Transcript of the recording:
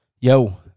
Yo